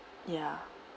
ya